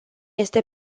este